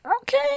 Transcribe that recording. okay